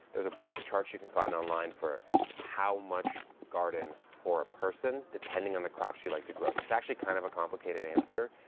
there's a bunch of charts you can find online for how much garden for a person, depending on the crops you'd like to grow. so it's actually kind of a complicated answer.